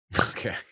Okay